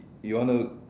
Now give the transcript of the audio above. you want to